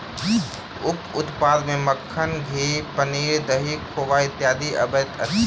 उप उत्पाद मे मक्खन, घी, पनीर, दही, खोआ इत्यादि अबैत अछि